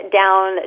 down